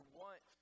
want